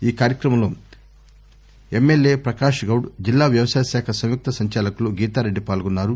ఈ కార్యక్రమంలో ఎమ్మెల్యే పకాష్ గౌడ్ జిల్లా వ్యవసాయశాఖ సంయుక్త సంచాలకులు గీతారెడ్డి పాల్గొన్నారు